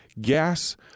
Gas